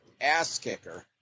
ass-kicker